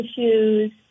issues